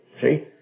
See